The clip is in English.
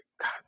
God